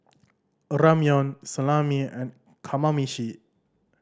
Ramyeon Salami and Kamameshi